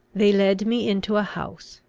they led me into a house,